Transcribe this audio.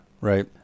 right